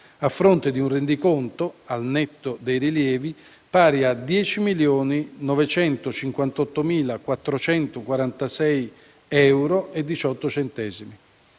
a fronte di un rendiconto, al netto dei rilievi, pari a 10.958.446,18 euro.